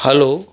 hello